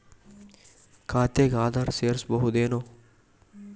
ಖಾತೆಗೆ ಆಧಾರ್ ಸೇರಿಸಬಹುದೇನೂ?